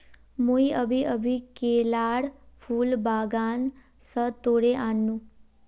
मुई अभी अभी केलार फूल बागान स तोड़े आन नु